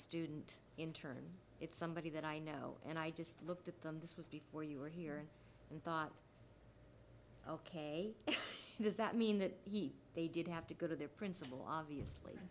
student intern it's somebody that i know and i just looked at this was before you were here and we thought ok does that mean that they did have to go to their principal obviously